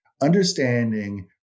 understanding